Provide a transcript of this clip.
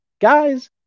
Guys